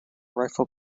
rifle